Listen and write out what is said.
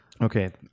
Okay